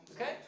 Okay